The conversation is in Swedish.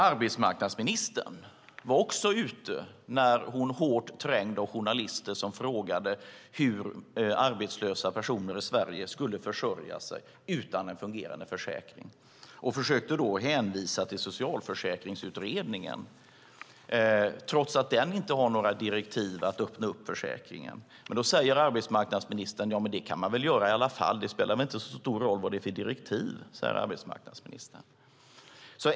Arbetsmarknadsministern var också ute när hon, hårt trängd av journalister som frågade hur arbetslösa personer i Sverige skulle försörja sig utan en fungerande försäkring, försökte hänvisa till Socialförsäkringsutredningen, trots att den inte har några direktiv att öppna upp försäkringen.